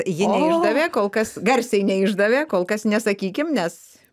ji neišdavė kol kas garsiai neišdavė kol kas nesakykim nes